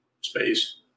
Space